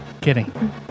Kidding